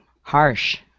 Harsh